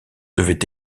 devait